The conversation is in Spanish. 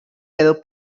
quedó